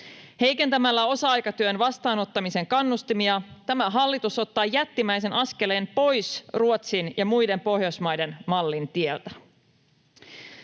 Heikentämällä osa-aikatyön vastaanottamisen kannustimia tämä hallitus ottaa jättimäisen askeleen pois Ruotsin ja muiden Pohjoismaiden mallin tieltä.